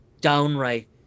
downright